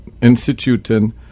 instituting